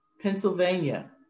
Pennsylvania